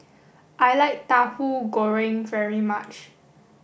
I like Tahu Goreng very much